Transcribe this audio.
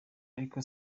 ariko